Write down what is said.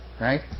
Right